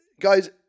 guys